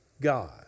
God